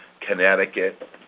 Connecticut